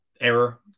error